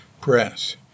press